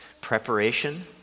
preparation